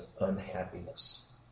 unhappiness